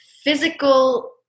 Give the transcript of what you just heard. physical